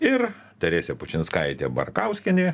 ir teresė pučinskaitė barkauskienė